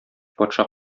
патша